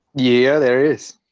yeah, there is.